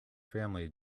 family